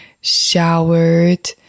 showered